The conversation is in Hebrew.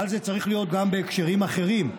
אבל זה צריך להיות גם בהקשרים אחרים.